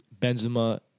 Benzema